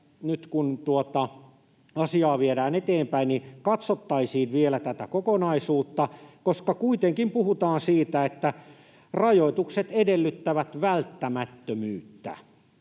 tuota asiaa viedään eteenpäin, katsottaisiin vielä tätä kokonaisuutta, koska kuitenkin puhutaan siitä, että rajoitukset edellyttävät välttämättömyyttä,